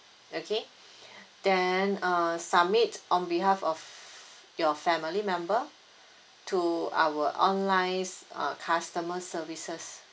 okay then uh submit on behalf of your family member to our online's uh customer services